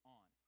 on